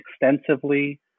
extensively